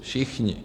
Všichni.